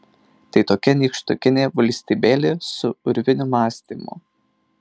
tai tokia nykštukinė valstybėlė su urvinių mąstymu